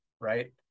Right